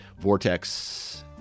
Vortex